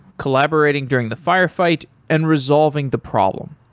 collaborating during the firefight and resolving the problem.